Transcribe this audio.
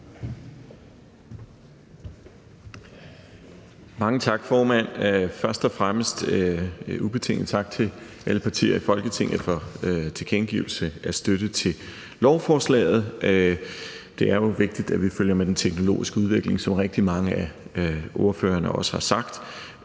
Mange tak, formand. Først og fremmest en ubetinget tak til alle partier i Folketinget for tilkendegivelse af støtte til lovforslaget. Det er jo vigtigt, at vi følger med den teknologiske udvikling, hvad rigtig mange af ordførerne også har sagt.